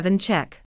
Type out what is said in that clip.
check